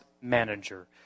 manager